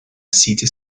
city